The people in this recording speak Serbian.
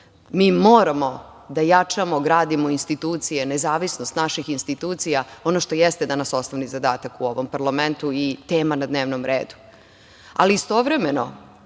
Mi moramo da jačamo, gradimo institucije nezavisnost naših institucija, ono što danas jeste osnovni zadatak u ovom parlamentu i tema na dnevnom redu. Istovremeno,